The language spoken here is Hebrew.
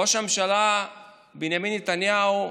ראש הממשלה בנימין נתניהו,